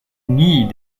nie